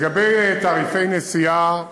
לגבי תעריפי נסיעה,